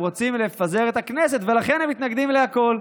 רוצים לפזר את הכנסת ולכן הם מתנגדים לכול.